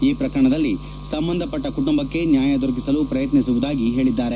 ಈ ಪ್ರಕರಣದಲ್ಲಿ ಸಂಬಂಧಪಟ್ಟ ಕುಟುಂಬಕ್ಕೆ ನ್ಯಾಯ ದೊರಕಿಸಲು ಪ್ರಯತ್ನಿಸುವುದಾಗಿ ಹೇಳಿದ್ದಾರೆ